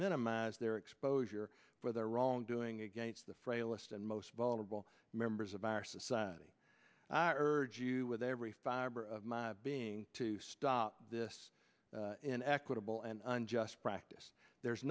minimize their exposure for their wrongdoing against the frailest and most vulnerable members of our society urge you with every fiber of my being to stop this in equitable and unjust practice there